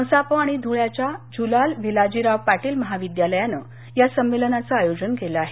मसाप आणि ध्रळ्याच्या झुलाल भिलाजीराव पाटील महाविद्यालयानं या संमेलनाचं आयोजन केल आहे